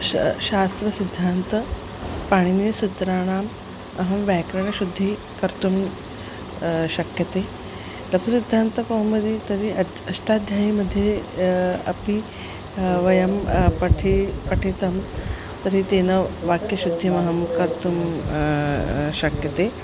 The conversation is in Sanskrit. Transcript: शास्त्रे शास्त्रसिद्धान्तः पाणिनीयसुत्राणाम् अहं व्याकरणशुद्धिं कर्तुं शक्ये लघुसिद्धान्तकौमुदी तर्हि अतः अष्टाध्यायी मध्ये अपि वयं पठितुं पठितुं तर्हि तेन वाक्यशुद्धिमहं कर्तुं शक्ये